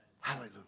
Hallelujah